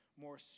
more